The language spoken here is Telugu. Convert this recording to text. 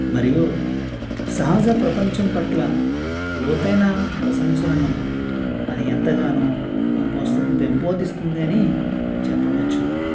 మరియు సహజ ప్రపంచం పట్ల లోతైన ప్రశంసలను అది ఎంతగానో పెంపోస్తు పెంపొందిస్తుందని చెప్పవచ్చు